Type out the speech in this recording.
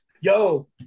Yo